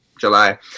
July